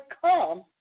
come